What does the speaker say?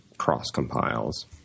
cross-compiles